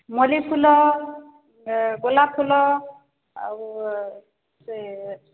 ମଲ୍ଲି ଫୁଲ ଗୋଲାପ ଫୁଲ ଆଉ ସେ